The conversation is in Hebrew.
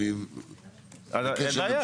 אין בעיה,